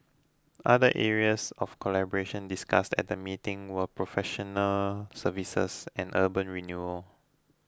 other areas of collaboration discussed at the meeting were professional services and urban renewal